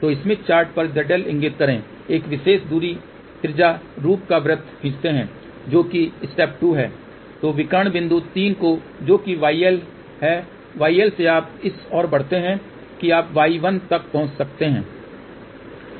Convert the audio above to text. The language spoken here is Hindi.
तो स्मिथ चार्ट पर zL इगिंत करें एक विशेष दूरी त्रिज्या रूप का वृत्त खींचते है जो कि स्टेप 2 है तो विकर्ण बिंदु 3 को जो कि yL है yL से आप इस ओर बढ़ते हैं कि आप y1 तक पहुँचते हैं